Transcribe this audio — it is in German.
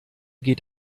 geht